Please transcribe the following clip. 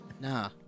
Nah